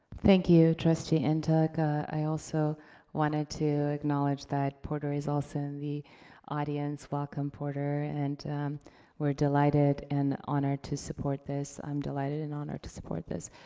thank you, trustee and ntuk. i also wanted to acknowledge that porter is also in the audience. welcome, porter, and we're delighted and honored to support this. i'm delighted and honored to support this.